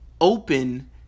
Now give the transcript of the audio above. open